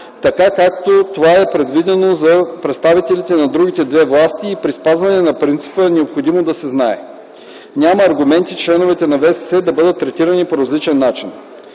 право, както това е предвидено за представителите на другите две власти и при спазване на принципа „необходимо да се знае”. Няма аргументи членовете на ВСС да бъдат третирани по различен начин.